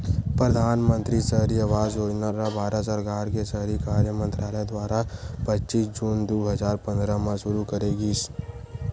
परधानमंतरी सहरी आवास योजना ल भारत सरकार के सहरी कार्य मंतरालय दुवारा पच्चीस जून दू हजार पंद्रह म सुरू करे गिस